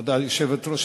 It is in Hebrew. כבוד היושבת-ראש,